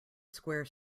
square